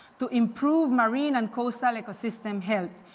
to improve marine and coastal ecosystem health.